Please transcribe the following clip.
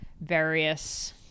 various